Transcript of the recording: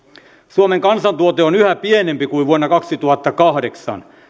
suomen kansantuote on yhä pienempi kuin vuonna kaksituhattakahdeksan